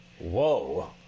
Whoa